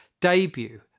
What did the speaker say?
debut